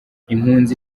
impunzi